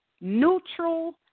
Neutral